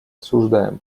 осуждаем